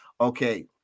okay